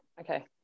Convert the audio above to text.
okay